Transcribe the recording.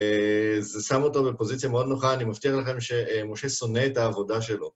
זה שם אותו בפוזיציה מאוד נוחה, אני מבטיח לכם שמשה שונא את העבודה שלו.